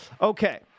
Okay